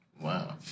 Wow